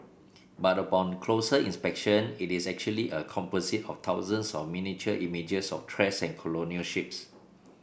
but upon closer inspection it is actually a composite of thousands of miniature images of trash and colonial ships